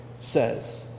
says